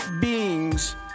beings